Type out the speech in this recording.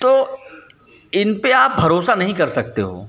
तो इनपर आप भरोसा नहीं कर सकते हो